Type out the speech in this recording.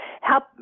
help